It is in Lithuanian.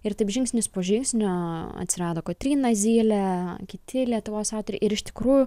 ir taip žingsnis po žingsnio atsirado kotryna zylė kiti lietuvos aktoriai ir iš tikrųjų